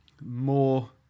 more